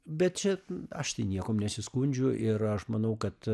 bet čia aš tai niekuom nesiskundžiu ir aš manau kad